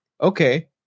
okay